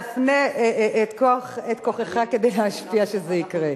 תפנה את כוחך כדי להשפיע שזה יקרה.